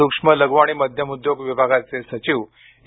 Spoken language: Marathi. सूक्ष्म लघु आणि मध्यम उद्योग विभागाचे सचिव ए